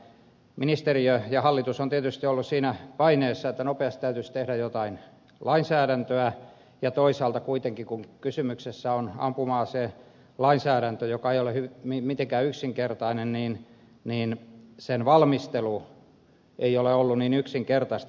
ministeriö ja hallitus on tietysti ollut siinä paineessa että nopeasti täytyisi tehdä jotain lainsäädäntöä ja toisaalta kuitenkaan kun kysymyksessä on ampuma aselainsäädäntö joka ei ole mitenkään yksinkertainen niin sen valmistelu ei ole ollut niin yksinkertaista